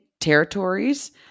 territories